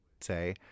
say